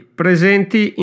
presenti